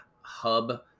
hub